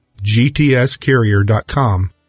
gtscarrier.com